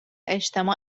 اجتماع